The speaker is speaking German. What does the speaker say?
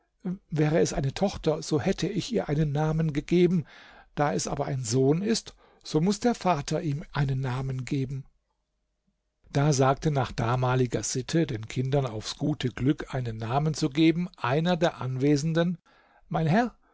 wäre es eine tochter so hätte ich ihr einen namen gegeben da es aber ein sohn ist so muß der vater ihm einen namen geben da sagte nach damaliger sitte den kindern aufs gute glück einen namen zu geben einer der anwesenden mein herr